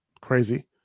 crazy